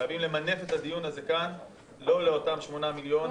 לא לאותם 8 מיליון.